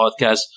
podcast